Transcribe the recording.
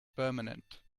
permanent